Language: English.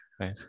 right